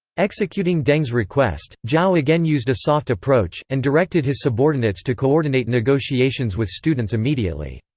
executing deng's request, zhao again used a soft approach, and directed his subordinates to coordinate negotiations with students immediately.